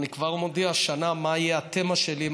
אני כבר מודיע מה תהיה התמה שלי השנה: